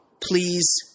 Please